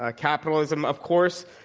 ah capitalism, of course,